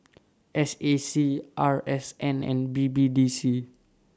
S A C R S N and B B D C